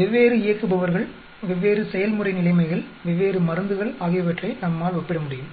வெவ்வேறு இயக்குபவர்கள் வெவ்வேறு செயல்முறை நிலைமைகள் வெவ்வேறு மருந்துகள் ஆகியவற்றை நம்மால் ஒப்பிட முடியும்